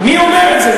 מי אומר את זה?